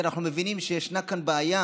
אנחנו מבינים שיש כאן בעיה,